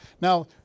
Now